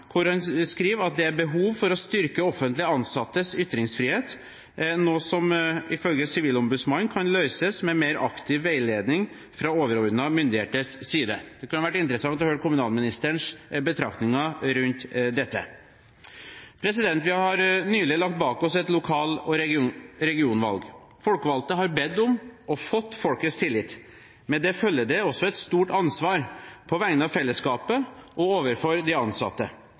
hvor han skriver at det er behov for å styrke offentlig ansattes ytringsfrihet, noe som ifølge Sivilombudsmannen kan løses med mer aktiv veiledning fra overordnede myndigheters side. Det kunne vært interessant å høre kommunalministerens betraktninger rundt dette. Vi har nylig lagt bak oss et lokal- og regionalvalg. Folkevalgte har bedt om og fått folkets tillit. Med det følger det også et stort ansvar – på vegne av fellesskapet og overfor de ansatte.